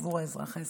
עבור האזרח הישראלי.